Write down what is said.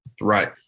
Right